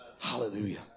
Hallelujah